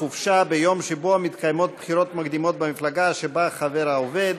חופשה ביום שבו מתקיימות בחירות מקדימות במפלגה שבה חבר העובד),